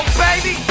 baby